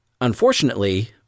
unfortunately